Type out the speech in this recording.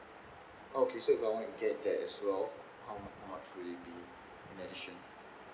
okay so if I want to get that as well how how much will it be in addition